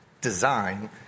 design